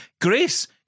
Grace